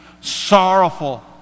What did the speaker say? Sorrowful